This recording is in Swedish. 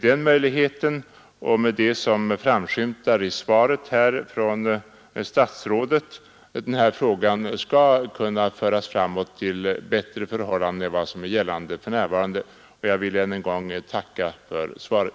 Den möjlighet som öppnas där och det som berörs i statsrådets svar ger mig anledning tro att förhållandena snart skall kunna förbättras i jämförelse med vad som gäller för närvarande. Jag vill än en gång tacka för svaret.